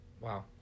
Wow